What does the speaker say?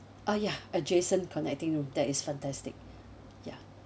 ah yeah adjacent connecting room that is fantastic ya